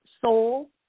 soul